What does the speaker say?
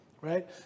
right